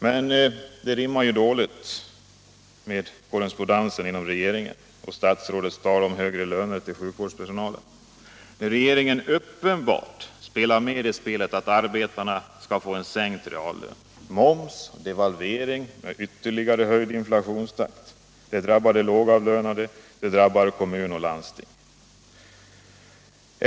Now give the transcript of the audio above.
Men det korresponderar dåligt med regeringens handlande. Hur skall man uppfatta statsrådets tal om högre löner åt sjukvårdspersonalen, när regeringen uppenbarligen spelar med i spelet att arbetarna skall få en sänkt reallön? Höjd moms, devalvering och ökad inflationstakt — allt drabbar de lågavlönade. Också kommuner och landsting drabbas.